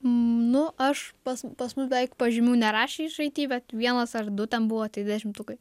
nu aš pas pas mus beveik pažymių nerašė iš it bet vienas ar du ten buvo tik dešimtukai